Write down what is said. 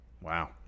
Wow